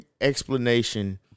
explanation